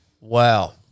Wow